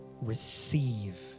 receive